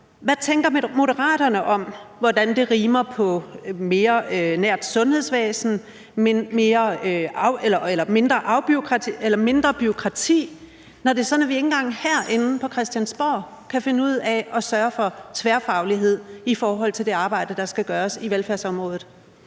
hvordan Moderaterne tænker at det rimer på et mere nært sundhedsvæsen og på mindre bureaukrati, når det er sådan, at vi ikke engang herinde på Christiansborg kan finde ud af at sørge for tværfaglighed i forhold til det arbejde, der skal gøres på velfærdsområdet.